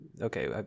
okay